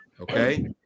okay